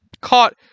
caught